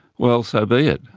well, so be it.